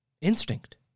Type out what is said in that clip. instinct